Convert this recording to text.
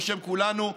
ובשם כולנו,